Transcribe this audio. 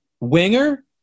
winger